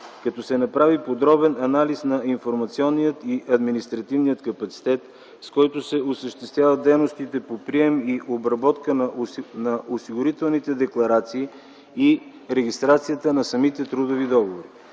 като се направи подробен анализ на информационния и административния капацитет, с който се осъществяват дейностите по прием и обработка на осигурителните декларации и регистрацията на самите трудови договори.